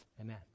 Amen